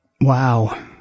Wow